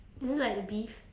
is it like the beef